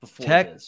tech